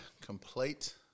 complete